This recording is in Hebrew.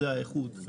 זה האיכות.